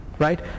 Right